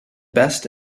best